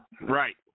Right